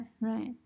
right